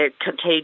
contagious